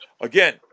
Again